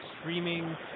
streaming